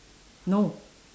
no